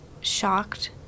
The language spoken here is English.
shocked